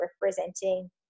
representing